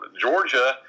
Georgia